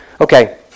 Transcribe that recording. Okay